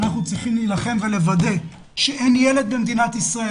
אנחנו צריכים להילחם ולוודא שאין ילד במדינת ישראל,